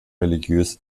religiös